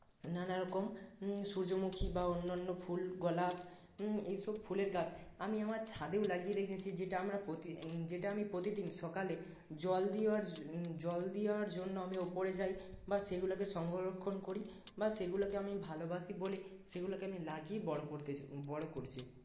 নানারকম সূর্যমুখী বা অন্যান্য ফুল গোলাপ এইসব ফুলের গাছ আমি আমার ছাদেও লাগিয়ে রেখেছি যেটা আমরা প্রতি যেটা আমি প্রতিদিন সকালে জল দেওয়ার জল দেওয়ার জন্য আমি ওপরে যাই বা সেগুলোকে সংরক্ষণ করি বা সেগুলোকে আমি ভালোবাসি বলেই সেগুলোকে আমি লাগিয়ে বড় করতে বড় করছি